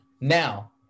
now